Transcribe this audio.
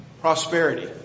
prosperity